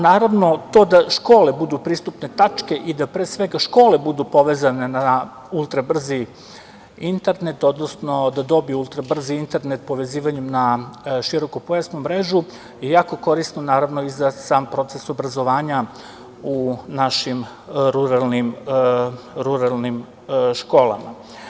Naravno, to da škole budu pristupne tačke i da pre svega škole budu povezane na ultra brzi internet, odnosno da dobiju ultra brzi internet povezivanje na široko pojasnu mrežu je jako korisno naravno i za sam proces obrazovanja u našim ruralnim školama.